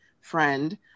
friend